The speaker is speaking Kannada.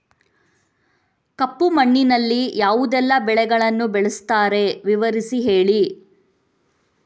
ಕಪ್ಪು ಮಣ್ಣಿನಲ್ಲಿ ಯಾವುದೆಲ್ಲ ಬೆಳೆಗಳನ್ನು ಬೆಳೆಸುತ್ತಾರೆ ವಿವರಿಸಿ ಹೇಳಿ